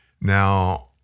Now